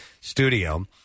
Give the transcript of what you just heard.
studio